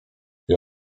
wie